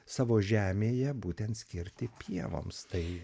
savo žemėje būtent skirti pievoms tai